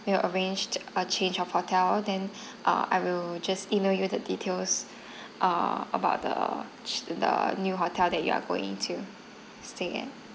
we'll arrange a change of hotel then uh I will just email you the details uh about the the new hotel that you are going to stay at